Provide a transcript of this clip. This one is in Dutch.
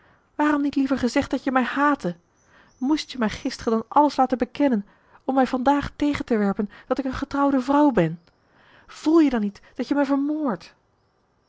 waarom niet liever gezegd dat je mij haatte moest je mij gisteren dan alles laten bekennen om mij van daag tegentewerpen dat ik een getrouwde vrouw ben voel je dan niet dat je mij vermoordt